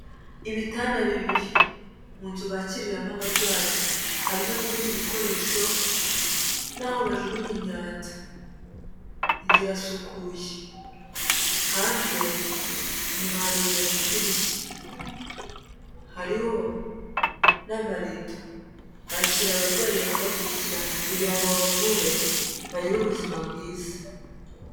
Ibitanda bibiri mu nzu bakiriramo abarwayi, harimo n'ibindi bikoresho naho bajugunyamo imyanda. Inzu irasukuye, hanze umuntu aharebera mu idirishya. Hariho n'amarido. Kakira abarwayi bakabakurikirana kugira babavure bagire ubuzima bwiza.